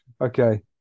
Okay